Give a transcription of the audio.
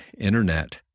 internet